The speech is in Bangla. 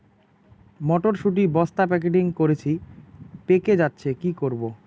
মটর শুটি বস্তা প্যাকেটিং করেছি পেকে যাচ্ছে কি করব?